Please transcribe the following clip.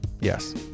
Yes